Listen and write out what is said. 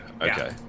Okay